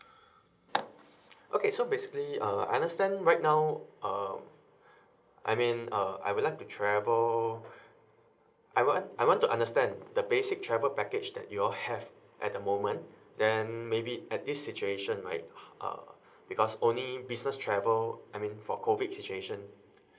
okay so basically uh understand right now um I mean uh I would like to travel I would like I want to understand the basic travel package that you all have at the moment then maybe at this situation right uh because only business travel I mean for COVID situation